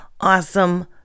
awesome